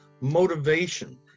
motivation